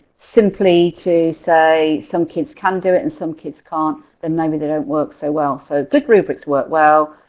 simply to say some kids can do it and some kids can't, then maybe they don't work so well. so good rubrics work well,